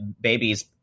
babies